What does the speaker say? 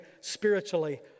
spiritually